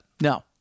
No